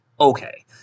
Okay